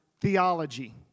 theology